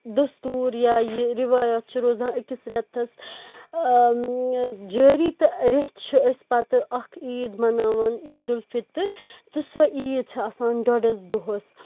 دستور یا یہِ رِوایَتھ چھِ رُوزان أکِس ریٚتَن ٲں ٲم جٲرِی تہٕ ریٚتۍ چھِ أسۍ پتہٕ اَکھ عیٖد مناوان عیٖدالفِطر تہٕ سۄ عیٖد چھِ آسان ڈُۄڈَس دۄہَس